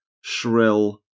shrill